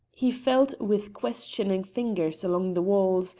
he felt with questioning fingers along the walls,